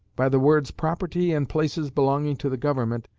by the words property and places belonging to the government,